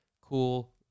Cool